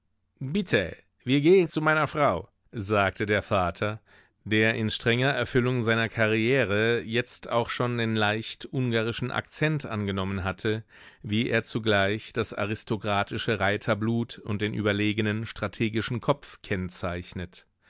bitte wir gehen zu meiner frau sagte der vater der in strenger erfüllung seiner karriere jetzt auch schon den leicht ungarischen akzent angenommen hatte wie er zugleich das aristokratische reiterblut und den überlegenen strategischen kopf kennzeichnet